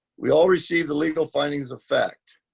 we all receive the legal findings effect,